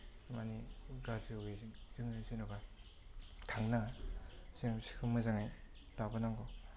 माने गाज्रि वेजों जोङो जेनबा थांनाङा जों बिसोरखौ मोजाङै लाबोनांगौ